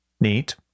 Neat